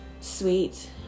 sweet